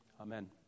Amen